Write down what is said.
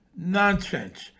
nonsense